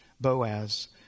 Boaz